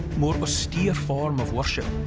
more austere form of worship.